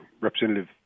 Representative